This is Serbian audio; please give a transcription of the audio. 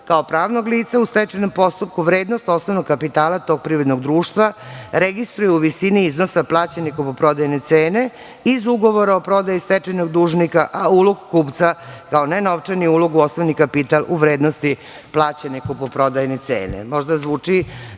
kao pravnog lica u stečajnom postupku, vrednost osnovnog kapitala tog privrednog društva registruje u visini iznosa plaćene kupoprodajne cene iz ugovora o prodaji stečajnog dužnika, a ulog kupca kao nenovčani ulog u osnovni kapital u vrednosti plaćene kupoprodajne cene. Možda zvuči